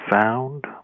Found